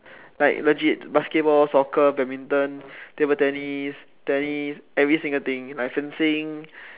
like legit basketball soccer badminton table tennis tennis every single thing like fencing